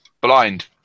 Blind